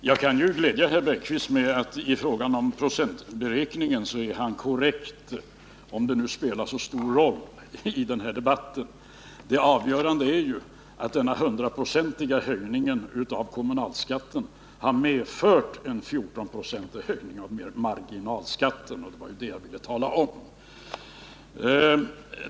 Herr talman! Jag kan glädja herr Bergqvist med att i frågan om procentberäkningen är han korrekt, om nu detta spelar så stor roll i den här debatten. Det avgörande är att denna 100-procentiga höjning av kommunalskatten har medfört en 14-procentig höjning av marginalskatten — det var detta jag ville tala om.